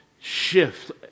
shift